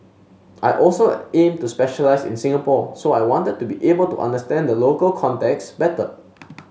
I also aim to specialise in Singapore so I wanted to be able to understand the local context better